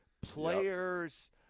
players